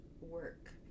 work